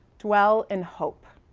well and hope.